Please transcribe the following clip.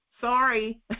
sorry